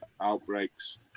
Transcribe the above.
outbreaks